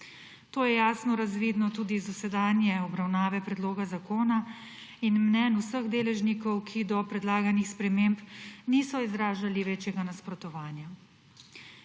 To je jasno razvidno tudi iz dosedanje obravnave predloga zakona in mnenj vseh deležnikov, ki do predlaganih sprememb niso izražali večjega nasprotovanja.